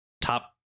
top